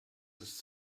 ist